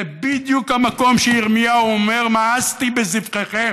זה בדיוק המקום שבו ירמיהו אומר: מאסתי בזבחיכם.